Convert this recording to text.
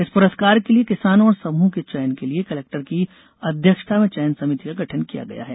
इस पुरस्कार के लिये किसानों और समूहों को चयन के लिये कलेक्टर की अध्यक्षता में चयन समिति का गठन किया गया है